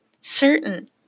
certain